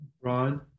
Ron